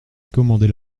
commandait